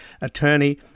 Attorney